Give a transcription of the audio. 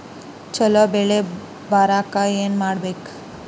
ಛಲೋ ಬೆಳಿ ಬರಾಕ ಏನ್ ಮಾಡ್ಬೇಕ್?